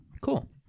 cool